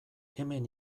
hemen